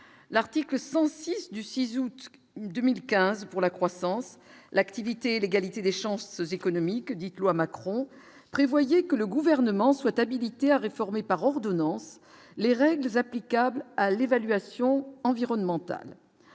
l'article 106 du 6 août 2015 pour la croissance, l'activité et l'égalité des chances économiques, dite loi Macron prévoyait que le gouvernement soit habilité à réformer par ordonnances les règles applicables à l'évaluation environnementale